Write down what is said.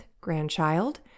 grandchild